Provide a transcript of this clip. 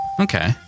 Okay